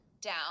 down